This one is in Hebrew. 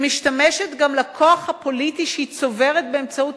שמשתמשת גם בכוח הפוליטי שהיא צוברת באמצעות